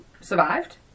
survived